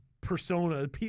persona